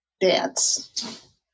dance